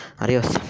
Adios